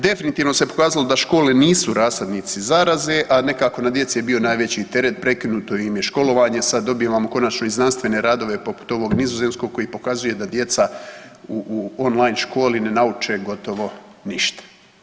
Definitivno se pokazalo da škole nisu rasadnici zaraze, a nekako na djeci je bio najveći teret, prekinuto im je školovanje sad dobivamo konačno i znanstvene radove poput ovog nizozemskog koji pokazuje da djeca u online školi ne nauče gotovo ništa.